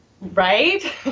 right